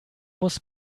muss